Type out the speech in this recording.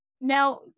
now